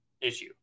issue